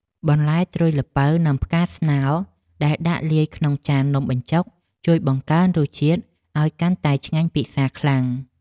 បន្លែត្រួយល្ពៅនិងផ្កាស្នោដែលដាក់លាយក្នុងចាននំបញ្ចុកជួយបង្កើនរសជាតិឱ្យកាន់តែឆ្ងាញ់ពិសាខ្លាំង។